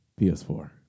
PS4